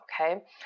okay